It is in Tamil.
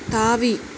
தாவி